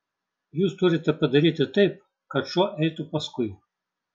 jūs turite padaryti taip kad šuo eitų paskui